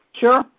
Sure